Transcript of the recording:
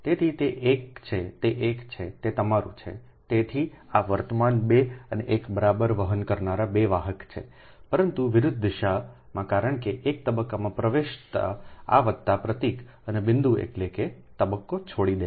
તેથી તે એક છે તે એક છે તે તમારું છે તેથી આ વર્તમાન 2 અને 1 બરાબર વહન કરનારા 2 વાહક છે પરંતુ વિરુદ્ધ દિશામાં કારણ કે 1 તબક્કામાં પ્રવેશતા આ વત્તા પ્રતીક અને બિંદુ એટલે કે તે તબક્કો છોડી દે છે